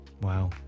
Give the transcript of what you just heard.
Wow